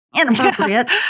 inappropriate